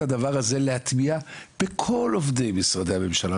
את הדבר הזה בכל עובדי משרדי הממשלה,